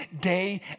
day